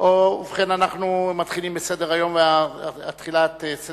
מרגע ההודעה הדבר